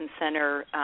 center